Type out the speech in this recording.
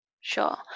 Sure